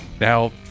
Now